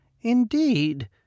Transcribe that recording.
Indeed